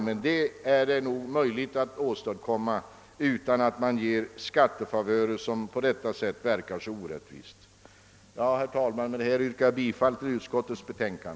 Men detta är nog möjligt att åstadkomma utan att man ger skattefavörer som verkar så orättvist. Herr talman! Med detta yrkar jag bifall till utskottets hemställan.